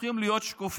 הופכים להיות שקופים,